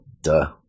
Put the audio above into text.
duh